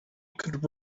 could